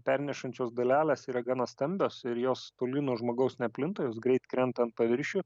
pernešančios dalelės yra gana stambios ir jos toli nuo žmogaus neplinta jos greit krenta paviršių